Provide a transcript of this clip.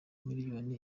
miliyoni